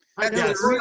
Yes